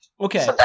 Okay